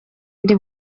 ndi